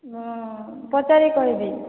ହଁ ପଚାରିକି କହିବି